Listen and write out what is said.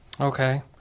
Okay